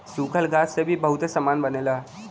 सूखल घास से भी बहुते सामान बनेला